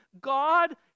God